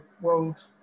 world